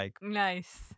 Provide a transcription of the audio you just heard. Nice